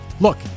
look